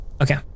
Okay